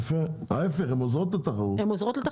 יפה, זה עוזר לתחרות.